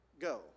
go